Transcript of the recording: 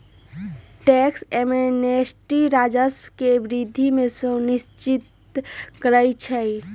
tax amnesty राजस्व में वृद्धि के सुनिश्चित करइ छै